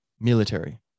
military